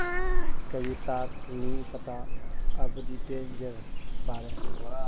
कविताक नी पता आर्बिट्रेजेर बारे